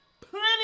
plenty